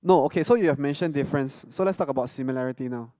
no okay so you have mentioned difference so let's talk about similarity now